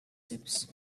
tips